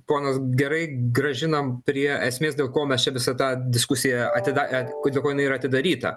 čia ponas gerai grąžinam prie esmės dėl ko mes čia visą tą diskusiją atida dėl dėl ko jinai yra atidaryta